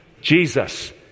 Jesus